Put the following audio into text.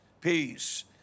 peace